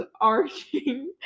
arching